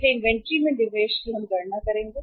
इसलिए इन्वेंट्री में निवेश हम करेंगे गणना करना है